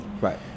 Right